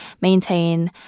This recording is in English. maintain